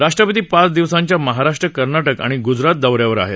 राष्ट्रपती पाच दिवसांच्या महाराष्ट्र कर्ना क आणि ग्जरात दौऱ्यावर आहेत